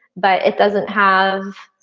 but it doesn't have